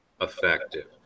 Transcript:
effective